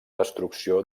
destrucció